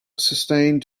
sustained